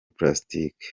plastic